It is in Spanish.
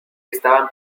estaban